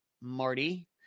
Marty